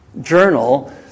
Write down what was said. journal